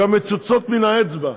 הן גם מצוצות מן האצבע.